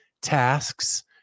tasks